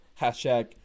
hashtag